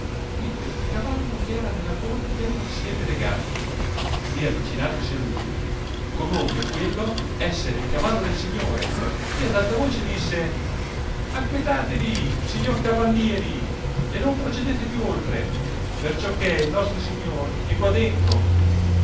vidde un cavallo che era nella corte al siepe legato e avvicinatosi a lui conobbe quello esser il cavallo del signore e ad alta voce disse acquetatevi signor cavallieri e non procedete più oltre perciò che il nostro signor è qua dentro